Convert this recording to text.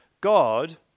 God